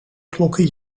klokken